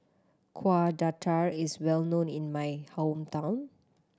Kueh Dadar is well known in my hometown